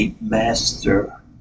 master